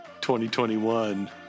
2021